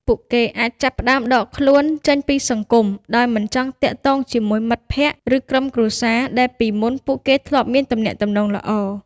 ពួកគេអាចចាប់ផ្តើម ដកខ្លួនចេញពីសង្គម ដោយមិនចង់ទាក់ទងជាមួយមិត្តភក្តិ ឬក្រុមគ្រួសារ ដែលពីមុនពួកគេធ្លាប់មានទំនាក់ទំនងល្អ។